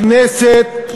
הכנסת,